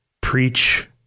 preach